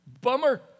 Bummer